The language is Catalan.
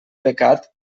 pecat